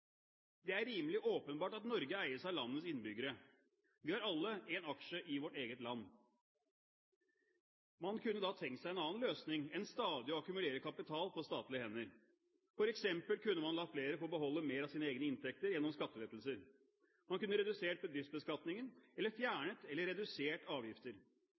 Det er rimelig åpenbart at Norge eies av landets innbyggere. Vi har alle en aksje i vårt eget land. Man kunne da tenkt seg en annen løsning enn stadig å akkumulere kapital på statlige hender, f.eks. kunne man la flere få beholde mer av sine egne inntekter gjennom skattelettelser, man kunne redusert bedriftsbeskatningen eller fjernet eller redusert avgifter.